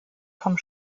vom